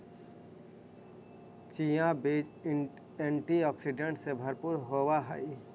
chia बीज antioxidant से भरपूर होवअ हई